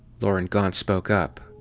loren gaunt spoke up.